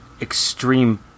extreme